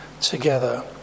together